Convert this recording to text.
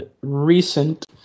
recent